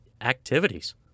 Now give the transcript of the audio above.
activities